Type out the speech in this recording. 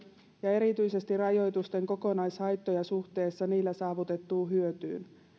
ja erityisesti rajoitusten kokonaishaittoja suhteessa niillä saavutettuun hyötyyn